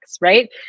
right